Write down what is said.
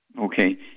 Okay